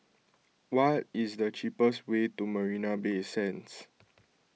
what is the cheapest way to Marina Bay Sands